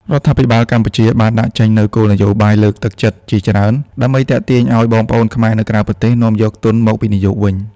រដ្ឋាភិបាលកម្ពុជាបានដាក់ចេញនូវគោលនយោបាយលើកទឹកចិត្តជាច្រើន ដើម្បីទាក់ទាញឱ្យបងប្អូនខ្មែរនៅក្រៅប្រទេសនាំយកទុនមកវិនិយោគវិញ។